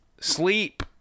sleep